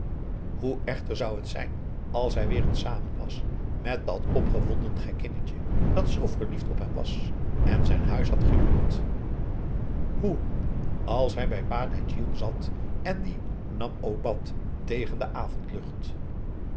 hoe echter zou het zijn als hij weer eens samen was met dat opgewonden gekkinnetje dat zoo verliefd op hem was en zijn huis had gehuurd hoe als hij bij pa djalil zat en die nam obat tegen de